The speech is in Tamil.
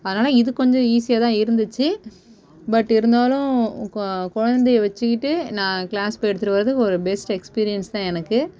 அதனால இது கொஞ்சம் ஈசியாகதான் இருந்துச்சு பட்டு இருந்தாலும் கொ குழந்தைய வச்சுக்கிட்டு நான் கிளாஸ் போய் எடுத்துகிட்டு வர்றது ஒரு பெஸ்ட் எக்ஸ்பீரியன்ஸ்தான் எனக்கு